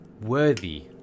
worthy